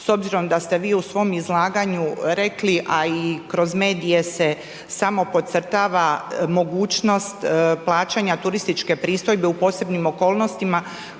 s obzirom da ste vi u svom izlaganju rekli, a i kroz medije se samo podcrtava mogućnost plaćanja turističke pristojbe u posebnim okolnostima